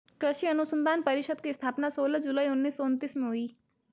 कृषि अनुसंधान परिषद की स्थापना सोलह जुलाई उन्नीस सौ उनत्तीस में हुई